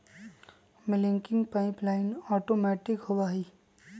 milking pipeline automatic होबा हई